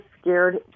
scared